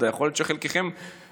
יכול להיות שחלקכם לא,